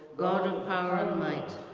god of power and might.